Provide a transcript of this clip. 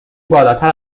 بالاتر